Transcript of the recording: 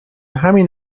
همین